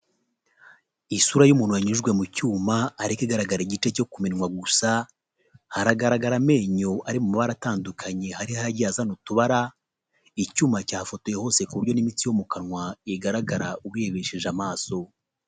Isura y'umuntu yanyujwe mu cyuma, ariko igaragara igice cyo ku minwa gusa, haragaragara amenyo ari mu mabara agiye atandukanye, hariho ayagiye azana utubara, icyuma cyafotoye hose, ku buryo n'imitsi yo mu kanwa igaragara, urebesheje amaso.